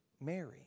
Mary